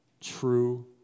True